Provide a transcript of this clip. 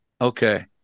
okay